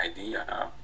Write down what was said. idea